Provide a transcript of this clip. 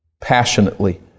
passionately